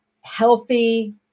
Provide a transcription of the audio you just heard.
healthy